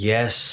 Yes